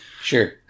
Sure